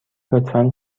لطفا